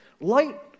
Light